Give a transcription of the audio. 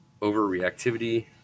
overreactivity